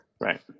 right